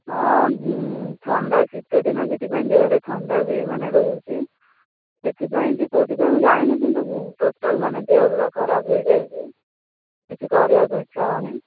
ହଁ ଥଣ୍ଡା ଶୀତଦିନ ସେଥିପାଇଁ ଦେହରେ ଥଣ୍ଡା ବି ମାନେ ରହୁଛି ସେଥିପାଇଁ କି କେଉଥିପାଇଁ ମୁଁ ଜାଣିନି କିନ୍ତୁ ଟୋଟାଲ ମାନେ ଦେହ ପୁରା ଖରାପ ହେଇଯାଇଛି କିଛି କରିବାକୁ ଇଚ୍ଛା ହେଉନି